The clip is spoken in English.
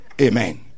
Amen